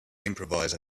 improvise